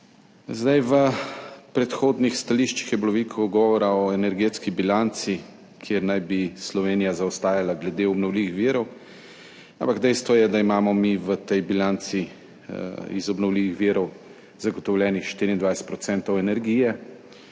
V predhodnih stališčih je bilo veliko govora o energetski bilanci, kjer naj bi Slovenija zaostajala glede obnovljivih virov, ampak dejstvo je, da imamo mi v tej bilanci iz obnovljivih virov zagotovljenih 24 % energije,